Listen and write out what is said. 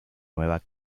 nueva